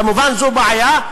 כמובן זו בעיה,